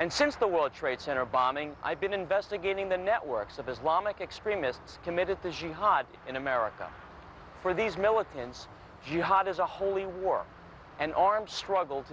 and since the world trade center bombing i've been investigating the networks of islamic extremists committed to jihad in america where these militants hit hard as a holy war an armed struggle to